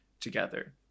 together